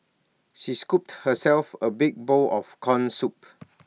she scooped herself A big bowl of Corn Soup